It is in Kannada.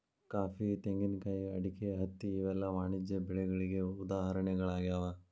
ಕಾಫಿ, ತೆಂಗಿನಕಾಯಿ, ಅಡಿಕೆ, ಹತ್ತಿ ಇವೆಲ್ಲ ವಾಣಿಜ್ಯ ಬೆಳೆಗಳಿಗೆ ಉದಾಹರಣೆಗಳಾಗ್ಯಾವ